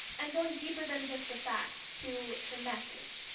and going deeper than just the facts to the message.